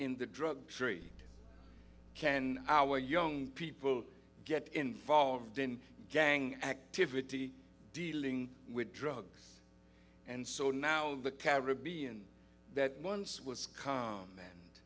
in the drug trade can our young people get involved in gang activity dealing with drugs and so now of the caribbean that once was calm